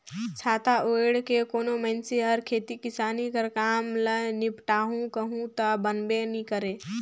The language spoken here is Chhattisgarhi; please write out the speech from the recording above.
छाता ओएढ़ के कोनो मइनसे हर खेती किसानी कर काम ल निपटाहू कही ता बनबे नी करे